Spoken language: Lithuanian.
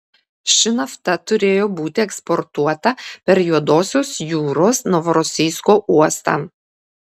ši nafta turėjo būti eksportuota per juodosios jūros novorosijsko uostą